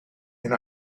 and